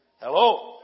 Hello